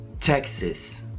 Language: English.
Texas